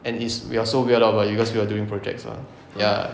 and is we are so weird out because we're doing projects ah ya